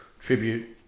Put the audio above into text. tribute